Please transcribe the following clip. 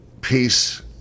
peace